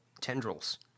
tendrils